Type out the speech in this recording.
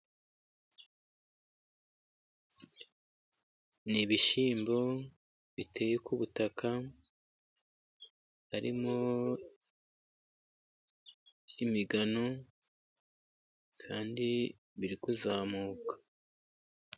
Ni ibishyimbo biteye ku butaka, harimo imigano kandi biri kuzamuka.